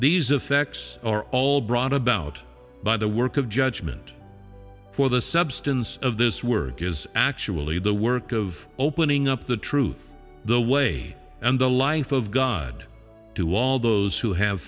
these effects are all brought about by the work of judgment for the substance of this work is actually the work of opening up the truth the way and the life of god to all those who have